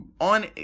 on